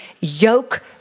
yoke